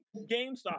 GameStop